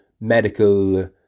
medical